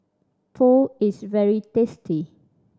pho is very tasty